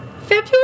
February